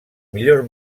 millors